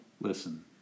Listen